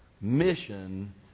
Mission